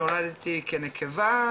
נולדתי כנקבה,